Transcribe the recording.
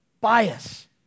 Bias